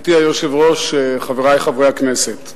גברתי היושבת-ראש, חברי חברי הכנסת,